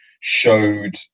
showed